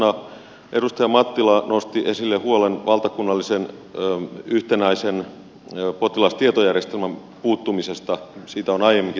edustaja mattila nosti esille huolen valtakunnallisen yhtenäisen potilastietojärjestelmän puuttumisesta siitä on aiemminkin täällä keskusteltu